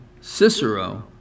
Cicero